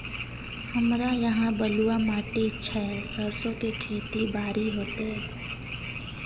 हमरा यहाँ बलूआ माटी छै सरसो के खेती बारी होते?